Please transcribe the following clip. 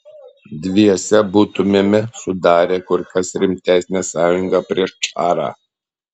dviese būtumėme sudarę kur kas rimtesnę sąjungą prieš čarą